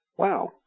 wow